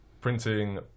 printing